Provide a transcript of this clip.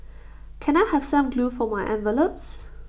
can I have some glue for my envelopes